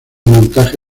montaje